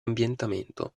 ambientamento